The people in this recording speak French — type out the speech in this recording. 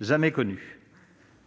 jamais connu.